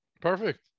perfect